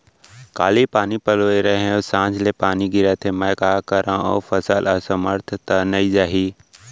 काली पानी पलोय रहेंव, संझा ले पानी गिरत हे, मैं का करंव अऊ फसल असमर्थ त नई जाही?